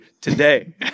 today